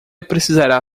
precisará